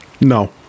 No